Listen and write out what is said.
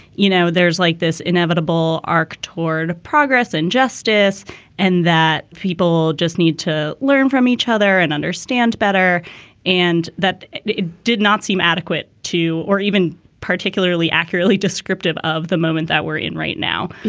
you know, there's like this inevitable arc toward progress and justice and that people just need to learn from each other and understand better and that it did not seem adequate to or even particularly accurately descriptive of the moment that we're in right now. yeah.